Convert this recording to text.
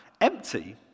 empty